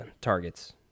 targets